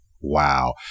wow